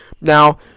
Now